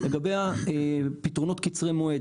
לגבי הפתרונות קצרי המועד